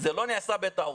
זה לא נעשה בטעות.